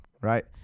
right